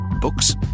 Books